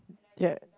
ya